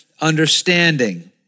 understanding